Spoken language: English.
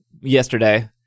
yesterday